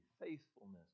faithfulness